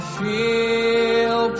feel